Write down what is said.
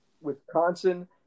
Wisconsin